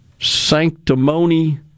sanctimony